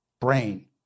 brain